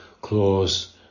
clause